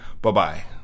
Bye-bye